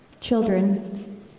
Children